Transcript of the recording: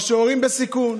או שההורים בסיכון